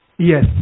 Yes